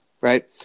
Right